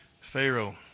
Pharaoh